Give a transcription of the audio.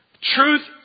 Truth